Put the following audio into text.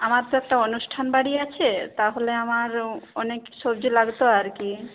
আমার তো একটা অনুষ্ঠান বাড়ি আছে তাহলে আমার অনেক সবজি লাগত আর কি